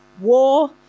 war